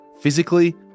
physically